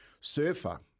surfer